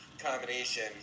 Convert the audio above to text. combination